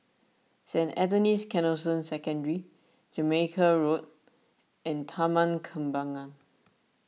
Saint Anthony's Canossian Secondary Jamaica Road and Taman Kembangan